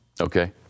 Okay